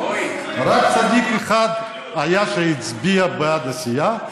רק צדיק אחד היה שהצביע בעד הסיעה,